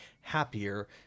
happier